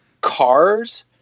cars